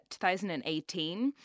2018